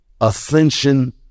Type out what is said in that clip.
ascension